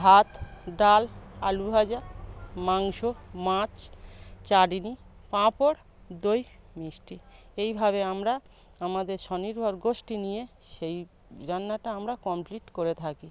ভাত ডাল আলু ভাজা মাংস মাছ চাটনি পাঁপড় দই মিষ্টি এইভাবে আমরা আমাদের স্বনির্ভর গোষ্ঠী নিয়ে সেই রান্নাটা আমরা কমপ্লিট করে থাকি